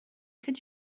could